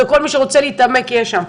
וכל מי שרוצה להתעמק יראה שם.